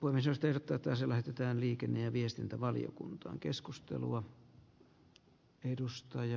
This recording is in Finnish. uimisesta ja tätä se lähetetään liikenne ja arvoisa puhemies